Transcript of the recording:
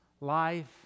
life